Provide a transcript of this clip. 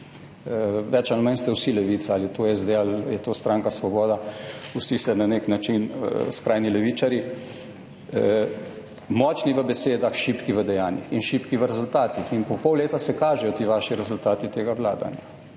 več ali manj ste vsi levica, ali je to SD ali je to stranka Svoboda, vsi ste na nek način skrajni levičarji, močni v besedah, šibki v dejanjih in šibki v rezultatih. Po pol leta se kažejo ti vaši rezultati tega vladanja.